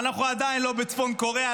ואנחנו עדיין לא בצפון קוריאה,